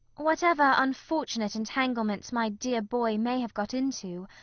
whatever unfortunate entanglement my dear boy may have got into,